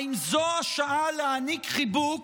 האם זו השעה להעניק חיבוק